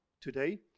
today